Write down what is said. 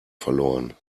verloren